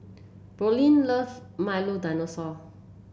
Brooklynn love Milo Dinosaur